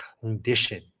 condition